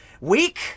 weak